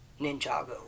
Ninjago